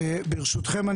ברשותכם,